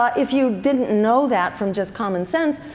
ah if you didn't know that from just common sense,